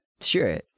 sure